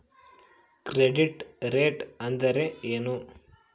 Credit rate ಅಂದರೆ ಏನು?